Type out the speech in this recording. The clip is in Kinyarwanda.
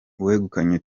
uwegukanye